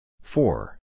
Four